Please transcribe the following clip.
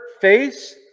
face